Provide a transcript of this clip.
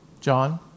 John